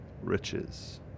riches